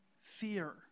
fear